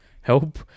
help